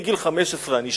מגיל 15 אני שם,